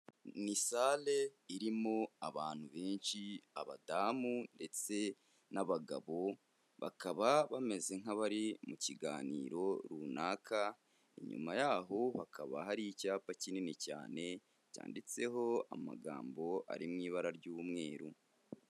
Ni sare irimo abantu benshi, abadamu ndetse n'abagabo, bakaba bameze nk'abari mu kiganiro runaka, inyuma yaho hakaba hari icyapa kinini cyane cyanditseho amagambo ari mu ibara ry'umweru.